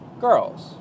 girls